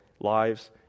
lives